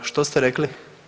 Što ste rekli?